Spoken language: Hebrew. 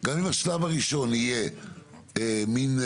גם אם השלב הראשון יהיה מן,